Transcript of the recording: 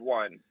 one